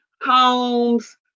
homes